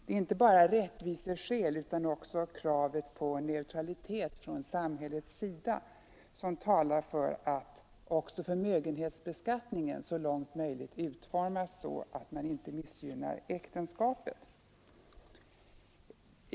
Det är inte bara rättviseskäl utan också kravet på neutralitet från samhällets sida som talar för att även förmögenhetsbeskattningen så långt möjligt utformas så att man inte missgynnar äktenskapet.